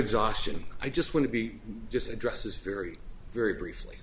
exhaustion i just want to be just addresses very very briefly